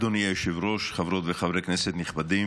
אדוני היושב-ראש, חברות וחברי כנסת נכבדים,